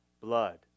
blood